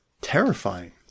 terrifying